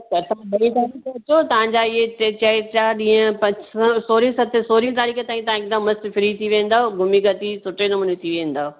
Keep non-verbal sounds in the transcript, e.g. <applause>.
<unintelligible> तव्हां जा हीअ टे चारि ॾींहं सोरहीं सत्रहीं सोरहीं तारीख़ ताईं तव्हां हिकदमि मस्तु फ्री थी वेंदव घुमी अची सुठे नमूने थी वेंदव